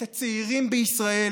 את הצעירים בישראל,